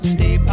Stay